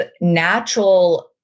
natural